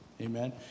Amen